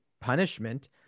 punishment